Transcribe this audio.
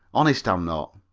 honest i'm not.